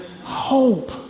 Hope